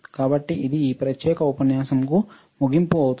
కాబట్టి ఇది ఈ ప్రత్యేకమైన ఉపన్యాసంకు ముగింపు అవుతుంది